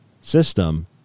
system